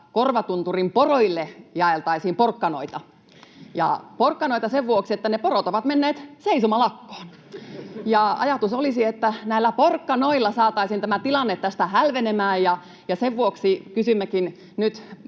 Korvatunturin poroille jaeltaisiin porkkanoita — porkkanoita sen vuoksi, että ne porot ovat menneet seisomalakkoon. Ajatus olisi, että näillä porkkanoilla saataisiin tämä tilanne tästä hälvenemään, ja sen vuoksi kysymmekin nyt